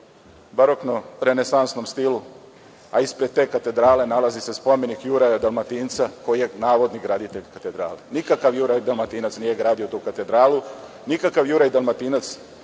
barokno-renesansnom stilu, a ispred te katedrale nalazi se spomenik Juraja Dalmatinca koji je navodni graditelj katedrale. Nikakav Juraj Dalmatinac nije gradio tu katedralu, nikakav Juraj Dalmatinac